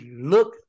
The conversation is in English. look